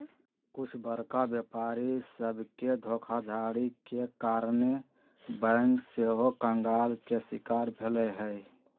कुछ बरका व्यापारी सभके धोखाधड़ी के कारणे बैंक सेहो कंगाल के शिकार भेल हइ